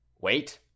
wait